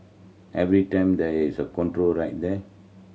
every time there is a control right there